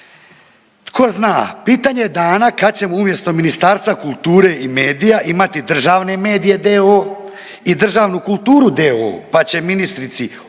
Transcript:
Tko zna, pitanje dana kad ćemo umjesto Ministarstva kulture i medija imati državne medije d.o.o. i državnu kulturu d.o.o. pa će ministrici Obuljen